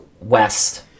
West